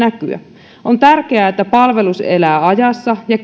näkyä on tärkeää että palvelus elää ajassa ja